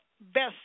best